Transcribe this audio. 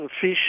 fish